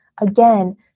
again